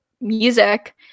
music